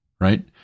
right